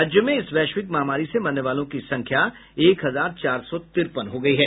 राज्य में इस वैश्विक महामारी से मरने वालों की संख्या बढ़कर एक हजार चार सौ तिरपन हो गई है